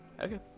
Okay